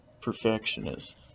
perfectionist